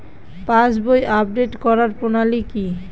পাসবই update করার প্রণালী কি?